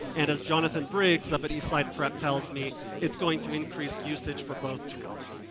and as johnathan briggs up at east side prep tells me it's going to increase usage for both tools.